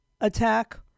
attack